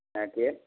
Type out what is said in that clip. হ্যাঁ কে